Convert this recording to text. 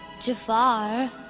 Jafar